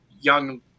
young